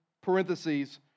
parentheses